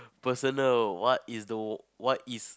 personal what is the what is